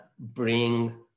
bring